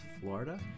Florida